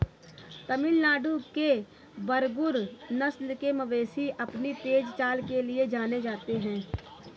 तमिलनाडु के बरगुर नस्ल के मवेशी अपनी तेज चाल के लिए जाने जाते हैं